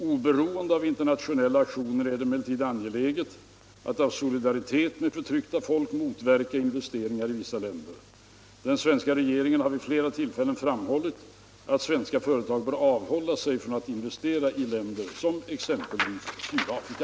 Oberoende av internationella aktioner är det emellertid angeläget att av solidaritet med förtryckta folk motverka investeringar i vissa länder. Den svenska regeringen har vid flera tillfällen framhållit att svenska företag bör avhålla sig från att investera i länder som exempelvis Sydafrika.